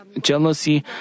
jealousy